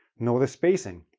know the spacing.